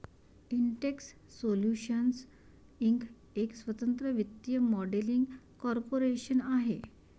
Intex Solutions Inc एक स्वतंत्र वित्तीय मॉडेलिंग कॉर्पोरेशन आहे